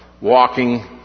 walking